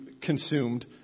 consumed